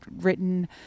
written